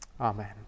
Amen